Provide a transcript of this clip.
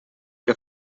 que